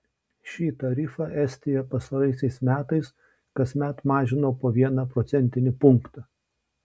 šį tarifą estija pastaraisiais metais kasmet mažino po vieną procentinį punktą